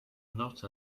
not